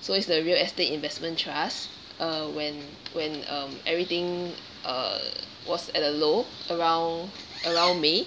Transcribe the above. so it's the real estate investment trust uh when when um everything uh was at a low around around may